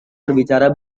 berbicara